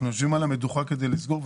יושבים על המדוכה כדי לסגור,